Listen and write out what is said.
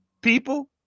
People